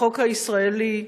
החוק הישראלי,